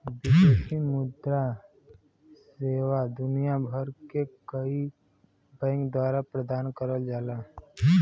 विदेशी मुद्रा सेवा दुनिया भर के कई बैंक द्वारा प्रदान करल जाला